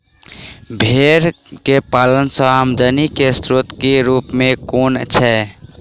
भेंर केँ पालन सँ आमदनी केँ स्रोत केँ रूप कुन छैय?